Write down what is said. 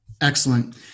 Excellent